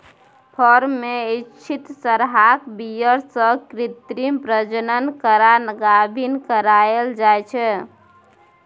firm मे इच्छित सरहाक बीर्य सँ कृत्रिम प्रजनन करा गाभिन कराएल जाइ छै